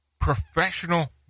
professional